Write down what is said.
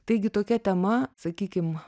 taigi tokia tema sakykim